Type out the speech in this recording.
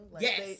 Yes